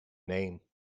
name